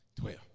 twelve